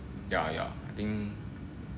ya ya I think